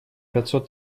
пятьсот